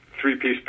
three-piece